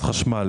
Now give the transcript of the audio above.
החשמל.